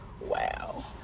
Wow